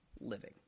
living